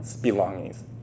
belongings